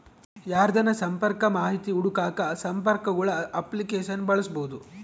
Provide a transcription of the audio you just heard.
ಯಾರ್ದನ ಸಂಪರ್ಕ ಮಾಹಿತಿ ಹುಡುಕಾಕ ಸಂಪರ್ಕಗುಳ ಅಪ್ಲಿಕೇಶನ್ನ ಬಳಸ್ಬೋದು